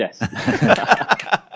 Yes